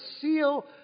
seal